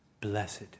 blessed